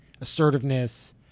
assertiveness